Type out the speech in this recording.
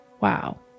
wow